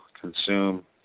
consume